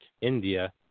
India